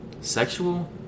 sexual